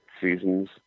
seasons